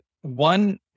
one